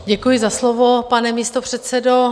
Děkuji za slovo, pane místopředsedo.